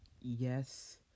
Yes